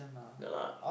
ya lah